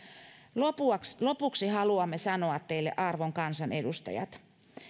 lopuksi haluamme sanoa teille arvon kansanedustajat